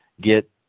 get